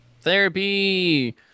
Therapy